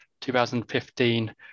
2015